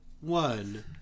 one